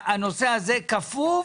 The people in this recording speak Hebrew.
הנושא הזה כפוף